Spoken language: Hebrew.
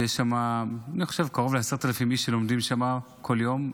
שיש שם קרוב ל-10,000 איש שלומדים שם כל יום,